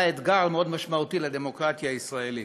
אתגר מאוד משמעותי לדמוקרטיה הישראלית,